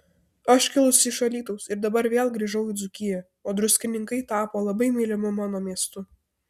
aš kilusi iš alytaus ir dabar vėl grįžau į dzūkiją o druskininkai tapo labai mylimu mano miestu